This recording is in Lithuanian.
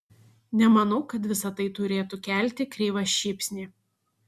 nemanau kad visa tai turėtų kelti kreivą šypsnį